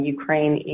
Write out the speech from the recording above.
Ukraine